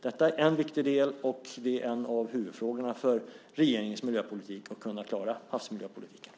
Detta är en viktig del, och det är en av huvudfrågorna för regeringens miljöpolitik och för att kunna klara havsmiljöpolitiken.